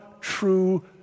true